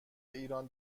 ایران